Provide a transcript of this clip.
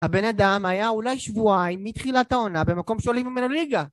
הבן אדם היה אולי שבועיים מתחילת העונה במקום שעולים ממנו ליגה